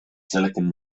silicon